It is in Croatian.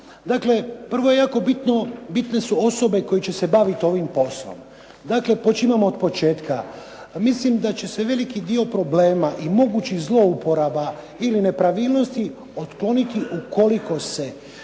Dakle, prvo je jako bitno, bitne su osobe koje će se baviti ovim poslom. Dakle, počinjemo od početka. Mislim da će se veliki dio problema i mogućih zlouporaba ili nepravilnosti otkloniti ukoliko se